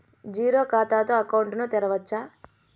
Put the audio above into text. Zero ఖాతా తో account ను తెరవచ్చా?